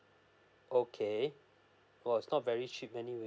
okay oh it's not very cheap anyway